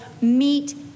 meet